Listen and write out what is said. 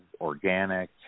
organic